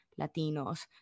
Latinos